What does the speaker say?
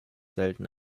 selten